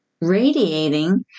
radiating